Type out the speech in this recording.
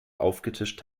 aufgetischt